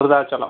Virudhachalam